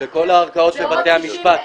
זה בכל הערכאות של בתי המשפט.